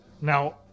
Now